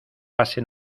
base